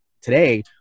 today